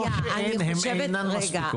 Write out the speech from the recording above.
לא שאין, הן אינן מספיקות.